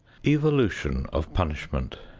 evolution of punishment